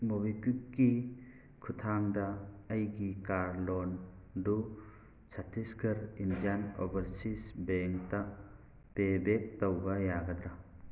ꯃꯣꯕꯤꯛꯋꯤꯛꯀꯤ ꯈꯨꯊꯥꯡꯗ ꯑꯩꯒꯤ ꯀꯥꯔ ꯂꯣꯟꯗꯨ ꯆꯠꯇꯤꯁꯒꯔ ꯏꯟꯗꯤꯌꯥꯟ ꯑꯣꯕꯔꯁꯤꯁ ꯕꯦꯡꯇ ꯄꯦ ꯕꯦꯛ ꯇꯧꯕ ꯌꯥꯒꯗ꯭ꯔꯥ